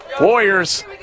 Warriors